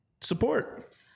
support